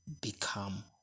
become